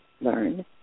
learn